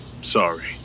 sorry